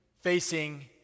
facing